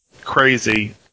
crazy